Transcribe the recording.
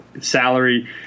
salary